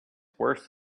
worse